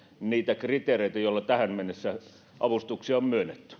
niitä kriteereitä joilla tähän mennessä avustuksia on